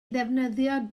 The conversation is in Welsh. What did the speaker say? ddefnyddio